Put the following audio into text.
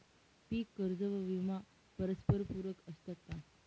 पीक कर्ज व विमा परस्परपूरक असतात का?